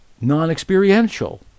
non-experiential